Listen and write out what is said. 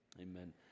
amen